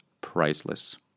priceless